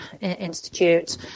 Institute